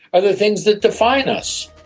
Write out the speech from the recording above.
are the things that define us.